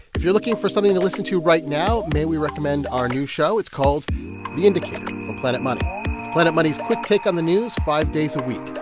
if you're looking for something to listen to right now, may we recommend our new show? it's called the indicator from planet money. it's planet money's quick take on the news five days a week.